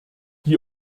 die